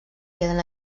queden